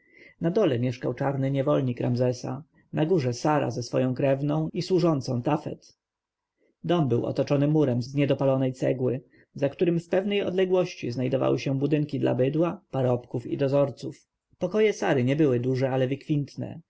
na dole mieszkał czarny niewolnik ramzesa na górze sara ze swoją krewną i służącą tafet dom był otoczony murem z niedopalonej cegły za którym w pewnej odległości znajdowały się budynki dla bydła parobków i dozorców pokoje sary nie były duże ale wykwintne